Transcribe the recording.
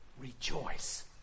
Rejoice